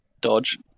dodge